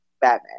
Batman